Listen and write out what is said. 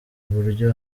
iburyo